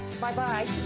Bye-bye